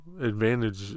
advantage